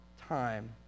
time